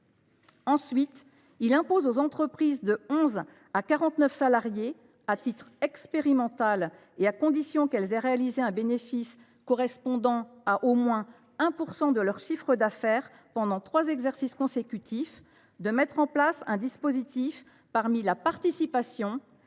de loi impose aux entreprises de 11 à 49 salariés, à titre expérimental, et à condition qu’elles aient réalisé un bénéfice correspondant à au moins 1 % de leur chiffre d’affaires pendant trois exercices consécutifs, de mettre en place un des dispositifs suivants parmi la participation,